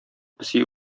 песи